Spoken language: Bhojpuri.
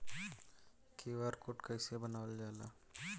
क्यू.आर कोड कइसे बनवाल जाला?